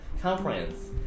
conference